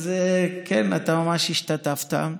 כן, אתה ממש השתתפת.